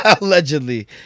Allegedly